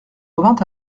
revint